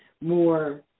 more